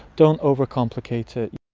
don't over-complicate it.